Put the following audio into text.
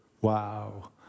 Wow